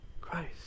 Christ